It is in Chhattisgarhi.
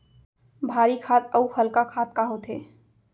भारी खाद अऊ हल्का खाद का होथे?